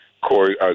Corey